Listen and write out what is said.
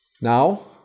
Now